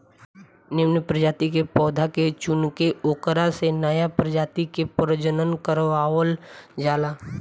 निमन प्रजाति के पौधा के चुनके ओकरा से नया प्रजाति के प्रजनन करवावल जाला